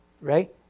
Right